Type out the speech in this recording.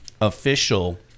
official